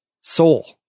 soul